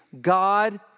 God